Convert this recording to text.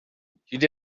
did